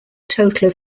total